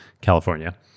California